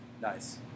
Nice